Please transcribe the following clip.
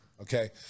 Okay